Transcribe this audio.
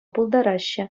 пултараҫҫӗ